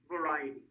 Variety